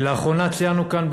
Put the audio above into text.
לאחרונה ציינו כאן,